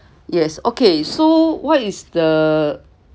yes okay so what is the